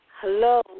Hello